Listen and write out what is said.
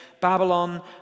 Babylon